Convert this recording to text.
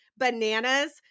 Bananas